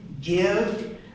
give